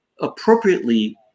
appropriately